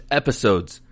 episodes